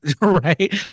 right